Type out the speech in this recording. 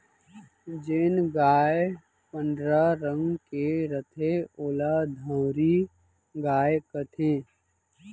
जेन गाय पंडरा रंग के रथे ओला धंवरी गाय कथें